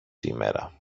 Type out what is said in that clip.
σήμερα